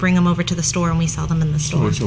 bring them over to the store and we sell them in the stores